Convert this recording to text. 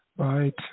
Right